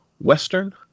Western